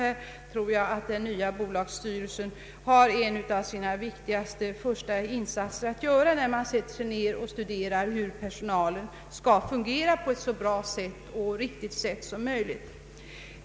Här har den nya bolagsstyrelsen en av sina viktigaste insatser att göra, då man nu sätter sig ned och funderar över hur personalen skall kunna fungera på ett så bra och riktigt sätt som möjligt.